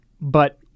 but-